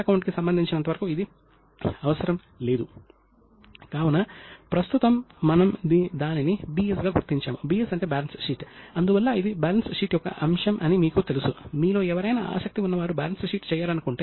నిబంధనల యొక్క స్పష్టత స్థిరత్వం మరియు పరిపూర్ణత మంచి అకౌంటింగ్ పద్ధతి అమలుకు కీలకం మరియు చాలా అవసరం కానీ మోసపూరిత అకౌంటింగ్ను తొలగించడానికి ఇవి మాత్రమే సరిపోవు